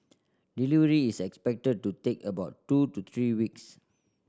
delivery is expected to take about two to three weeks